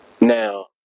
Now